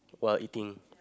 what eating